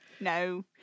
No